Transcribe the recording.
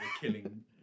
killing